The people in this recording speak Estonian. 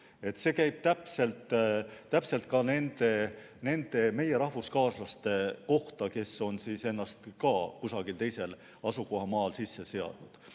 See käib ka nende meie rahvuskaaslaste kohta, kes on ennast kusagil teisel maal sisse seadnud.